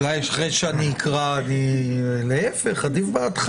ואני קורא לכל עובדי השירות הציבורי במדינת ישראל ובתוכם